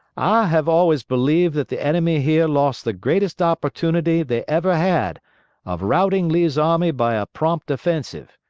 i have always believed that the enemy here lost the greatest opportunity they ever had of routing lee's army by a prompt offensive.